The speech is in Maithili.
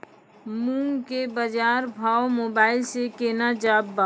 मूंग के बाजार भाव मोबाइल से के ना जान ब?